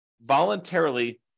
voluntarily